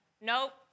Nope